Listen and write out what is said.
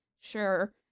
sure